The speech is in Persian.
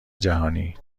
جهانی